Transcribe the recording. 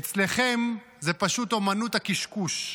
אצלכם זאת פשוט אומנות הקשקוש,